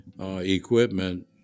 equipment